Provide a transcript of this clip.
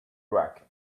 rack